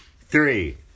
Three